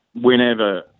whenever